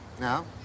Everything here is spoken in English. No